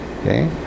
Okay